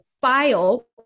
file